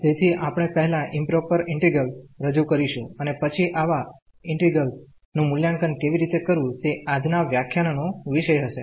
તેથીઆપણે પહેલા improper integrals રજૂ કરીશું અને પછી આવા ઇન્ટિગ્રેલ્સ નું મૂલ્યાંકન કેવી રીતે કરવું તે આજના વ્યાખ્યાનનો વિષય હશે